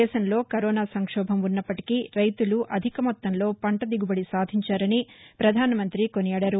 దేశంలో కరోనా సంక్షోభం ఉన్నప్పటికీ రైతులు అధిక మొత్తంలో పంట దిగుబడి సాధించారని ప్రధానమంత్రి కొనియాడారు